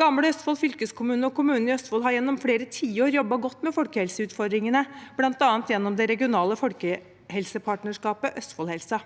Gamle Østfold fylkeskommune og kommunene i Østfold har gjennom flere tiår jobbet godt med folkehelseutfordringene, bl.a. gjennom det regionale folkehelsepartnerskapet Østfoldhelsa.